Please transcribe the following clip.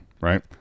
right